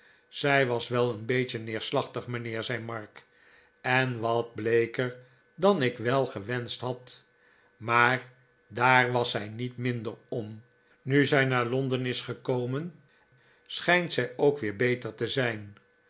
zij was wel een beetje neerslachtig mijnheer zei mark en wat bleeker dan ik wel gewenscht had maar daar was zij niet minder om nu zij naar londen is gekomen schijnt zij ook weer beter te zijn